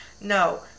No